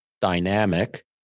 dynamic